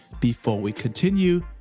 before we continue,